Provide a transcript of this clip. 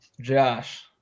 Josh